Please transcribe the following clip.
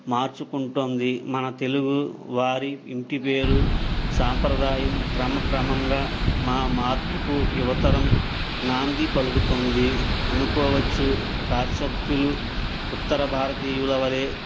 మార్చుకుంటోంది మన తెలుగు వారి ఇంటి పేరు సంప్రదాయం క్రమ క్రమంగా మార్పుకు యువతరం నాంది పలుకుతుంది అనుకోవచ్చు ప్రాశ్చాత్యులు ఉత్తర భారతీయుల వలె